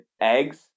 eggs